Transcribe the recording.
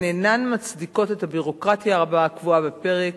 והן אינן מצדיקות את הביורוקרטיה הרבה הקבועה בפרק